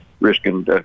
risking